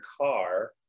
car